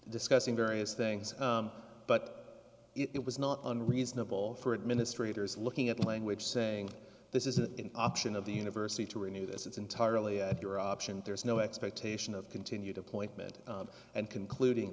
discussing various things but it was not unreasonable for administrators looking at language saying this is an option of the university to renew this entirely at your option there is no expectation of continued appointment and concluding